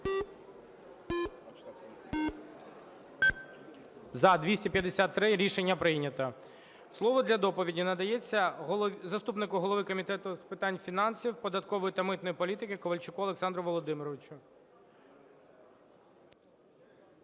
За-253 Рішення прийнято. Слово для доповіді надається заступнику голови Комітету з питань фінансів, податкової та митної політики Ковальчуку Олександру Володимировичу.